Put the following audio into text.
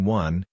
one